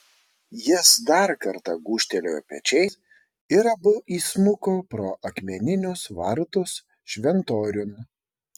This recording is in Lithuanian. jis dar kartą gūžtelėjo pečiais ir abu įsmuko pro akmeninius vartus šventoriun